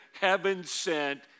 heaven-sent